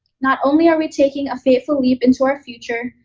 not only are we taking a fateful leap into our future,